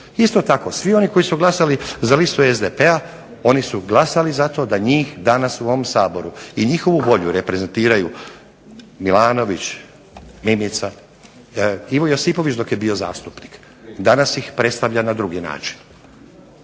Isto tako svi oni koji su glasali za listu SDP-a, oni su glasali za to da njih danas u ovom Saboru i njihovu volju reprezentiraju Milanović, Mimica, Ivo Josipović dok je bio zastupnik, danas ih predstavlja na drugi način,